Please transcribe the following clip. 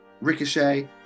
Ricochet